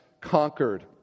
conquered